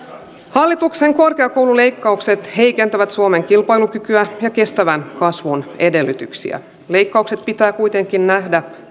hallituksen korkeakoululeikkaukset heikentävät suomen kilpailukykyä ja kestävän kasvun edellytyksiä leikkaukset pitää kuitenkin nähdä